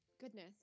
Goodness